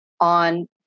on